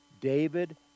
David